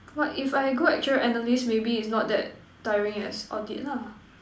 what if I go actuarial analyst maybe is not that tiring as audit lah